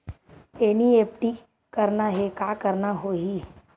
NEFT करना हे का करना होही?